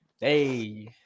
Hey